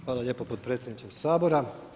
Hvala lijepo potpredsjedniče Sabora.